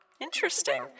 Interesting